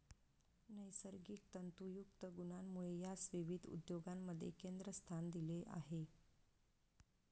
नैसर्गिक तंतुयुक्त गुणांमुळे यास विविध उद्योगांमध्ये केंद्रस्थान दिले आहे